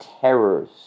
terrors